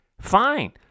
fine